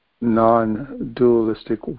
non-dualistic